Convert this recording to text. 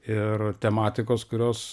ir tematikos kurios